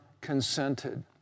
consented